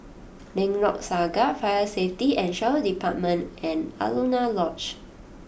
Lengkok Saga Fire Safety and Shelter Department and Alaunia Lodge